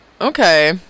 Okay